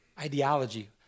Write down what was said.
ideology